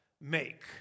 make